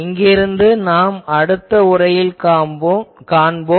இங்கிருந்து நாம் அடுத்த உரையில் காண்போம்